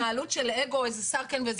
התנהלות של אגו, איזה שר כן ואיזה לא.